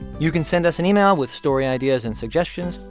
you can send us an email with story ideas and suggestions.